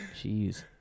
Jeez